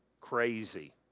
crazy